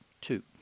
Two